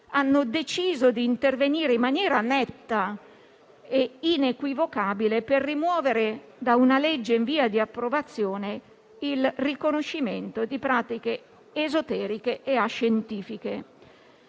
hanno deciso di intervenire in maniera netta e inequivocabile per rimuovere da un disegno di legge in via di approvazione il riconoscimento di pratiche esoteriche e ascientifiche.